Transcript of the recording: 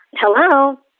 Hello